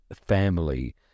family